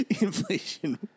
Inflation